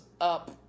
up